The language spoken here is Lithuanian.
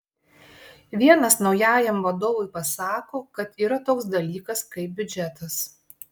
vienas naujajam vadovui pasako kad yra toks dalykas kaip biudžetas